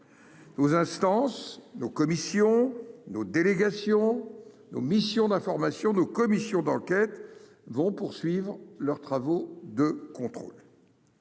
Vous instances nos commissions, nos délégations nos missions d'information de commission d'enquête vont poursuivre leurs travaux de contrôle.